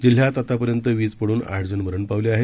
जिल्ह्यात आतापर्यंत वीज पडून आठ जण मरण पावले आहेत